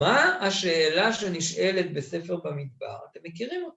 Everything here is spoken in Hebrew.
מה השאלה שנשאלת בספר במדבר? אתם מכירים אותה?